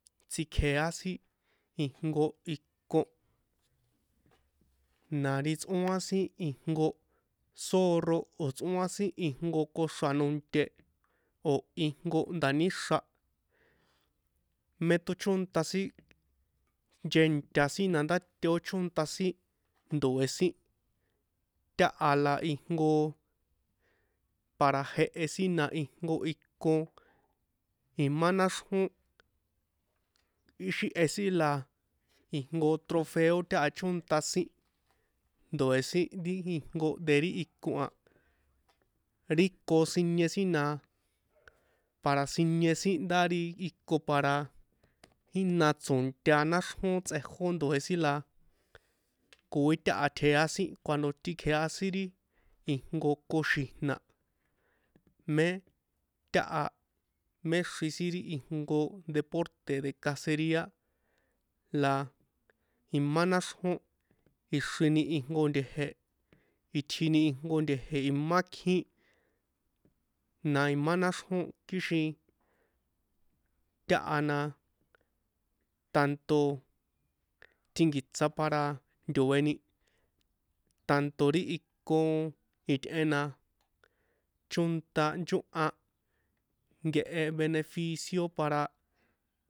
Tsekjea sin ijnko ikon na ri tsꞌóan sin ri ijnko zoorro o̱ tsꞌóan sin ijnko koxra̱ nonte o̱ ijnko ndáníxra̱ mé teóchonta sin nchenta sin nandá teochónta sin ndoe̱ sin taha la ijnko para jehe sin na ijnko iko imá náxrjón ixi eh sin la ijnko trofeo táha chónta sin ndoe̱ sin ri ijnko de ri ikon a ri iko sinie sin na para sinie sin nda ri iko para ína tso̱nta náxrjón tsꞌejó ndoe̱ sin la koi táha tjea sin cuando tikjea sin ijnko koxi̱jna̱ mé táha mé xri sin ri ijnko deporte de ri caceria la imá náxrjón ixrini ijnko nte̱je̱ itjini ijnko nte̱je̱ imá iknko nte̱je̱jín na imá náxrjón kixin taha na tanto tjinkiṭsa para ntoe̱ni tanto ri iko itꞌe na chónta chóhan nkehe beneficio para